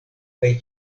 kaj